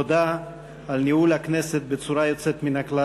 תודה על ניהול הכנסת בצורה יוצאת מן הכלל